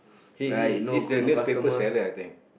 he he he is the newspaper seller I think